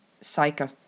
cycle